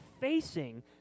facing